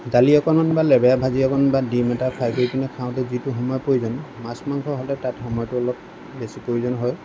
দালি অকণমান বা লেবেৰা ভাজি অকণ বা ডিম এটা ফ্ৰাই কৰি পিনে খাওঁতে যিটো সময়ৰ প্ৰয়োজন মাছ মাংস খাওঁতে তাত সময়টো অলপ বেছি প্ৰয়োজন হয়